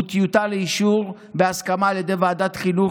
טיוטה לאישור בהסכמה על ידי ועדת החינוך,